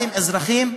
אתם אזרחים,